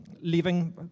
leaving